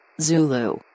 Zulu